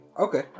Okay